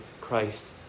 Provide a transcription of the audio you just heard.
Christ